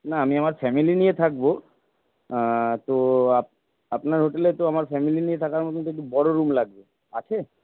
না আমি আমার ফ্যামিলি নিয়ে থাকবো তো আপনার হোটেলে তো আমার ফ্যামিলি নিয়ে থাকার মতন দুটো বড়ো রুম লাগবে আছে